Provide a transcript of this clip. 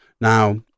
Now